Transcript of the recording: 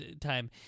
time